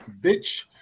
bitch